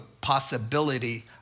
possibility